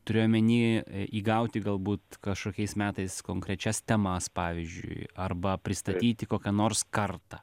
turiu omeny įgauti galbūt kažkokiais metais konkrečias temas pavyzdžiui arba pristatyti kokią nors kartą